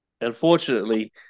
unfortunately